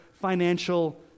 financial